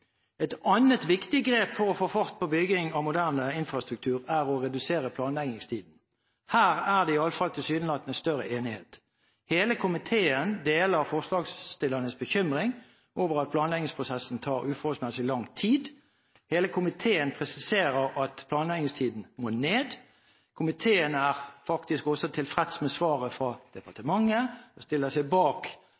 et blindspor. Et annet viktig grep for å få fart på bygging av moderne infrastruktur er å redusere planleggingstiden. Her er det iallfall tilsynelatende større enighet. Hele komiteen deler forslagsstillernes bekymring over at planleggingsprosessen tar uforholdsmessig lang tid. Hele komiteen presiserer at planleggingstiden må ned. Komiteen er faktisk også tilfreds med svaret fra